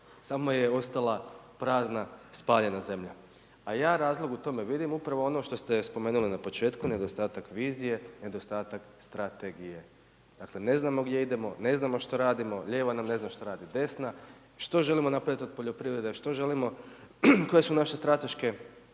samo je ostala prazna spaljena zemlja. A ja razlog u tome vidim upravo ono što ste spomenuli na početku nedostatak vizije, nedostatak strategije. Dakle, ne znamo gdje idemo, ne znamo što radimo, lijeva nam ne zna što radi desna, što želimo napravit od poljoprivrede, što želimo, koje su naše strateške grane